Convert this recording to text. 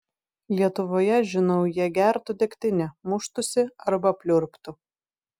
lietuvoje žinau jie gertų degtinę muštųsi arba pliurptų